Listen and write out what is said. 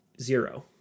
zero